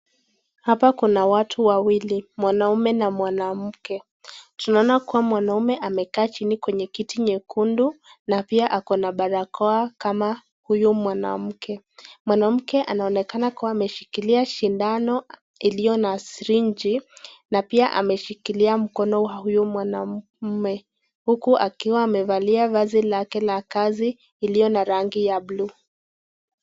Hapa kuna watu wawili, mwanaume na mwanamke. Tunaona kuwa mwanaume amekaa chini kwenye kiti nyekundu na pia ako na barakoa kama huyu mwanamke. Mwanamke anaonekana kuwa ameshikilia sindano iliyo na sirinji na pia ameshikilia mkono wa huyu mwanaume. Huku akiwa amevalia vazi lake la kazi iliyo na rangi ya buluu.